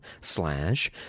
slash